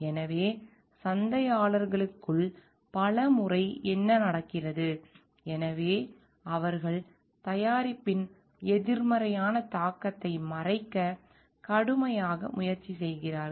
எனவே சந்தையாளர்கலுக்குள் பல முறை என்ன நடக்கிறது எனவே அவர்கள் தயாரிப்பின் எதிர்மறையான தாக்கத்தை மறைக்க கடுமையாக முயற்சி செய்கிறார்கள்